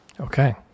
Okay